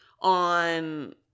on